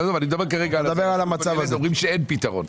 הם אומרים שאין פתרון.